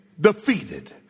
defeated